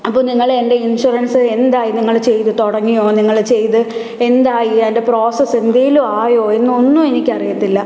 അപ്പോൾ നിങ്ങൾ എന്റെ ഇൻഷുറൻസ് എന്തായി നിങ്ങൾ ചെയ്തു തുടങ്ങിയൊ നിങ്ങൾ ചെയ്ത് എന്തായി അതിന്റെ പ്രോസസ്സ് എന്തെങ്കിലും ആയൊ എന്നൊന്നും എനിക്കറിയത്തില്ല